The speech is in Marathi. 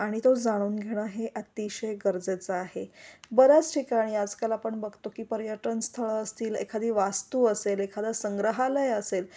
आणि तो जाणून घेणं हे अतिशय गरजेचं आहे बऱ्याच ठिकाणी आजकाल आपण बघतो की पर्यटन स्थळं असतील एखादी वास्तू असेल एखादां संग्रहालय असेल